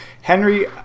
Henry